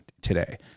today